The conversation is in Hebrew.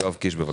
יואב קיש, בבקשה.